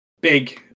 Big